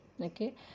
okay